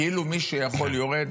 כאילו מי שיכול יורד.